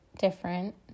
different